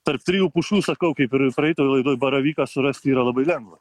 tarp trijų pušų sakau kaip ir praeitoj laidoj baravyką surasti yra labai lengva